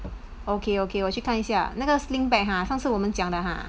okay okay 我去看一下那个 sling bag ah 上次我们讲的 ah